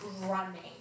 running